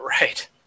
Right